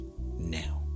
now